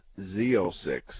Z06